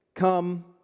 come